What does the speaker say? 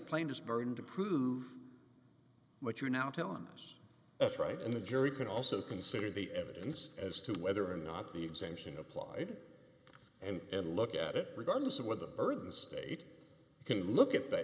plaintiff burden to prove what you are now telling us that's right in the jury can also consider the evidence as to whether or not the exemption applied and look at it regardless of whether the burden the state can look at th